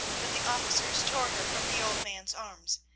but the officers tore her from the old man's arms.